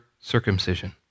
circumcision